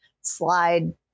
slide